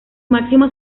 máximo